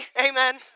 amen